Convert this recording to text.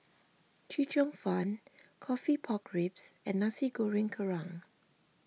Chee Cheong Fun Coffee Pork Ribs and Nasi Goreng Kerang